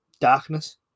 darkness